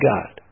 God